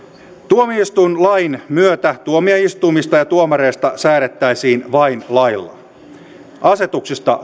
tuomioistuinlain myötä tuomioistuimista ja tuomareista säädettäisiin vain lailla asetuksista